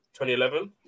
2011